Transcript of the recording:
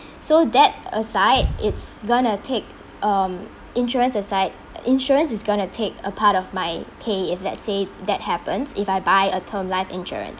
so that aside it's going to take um insurance aside insurance is going to take a part of my pay if let's say that happens if I buy a term life insurance